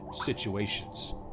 situations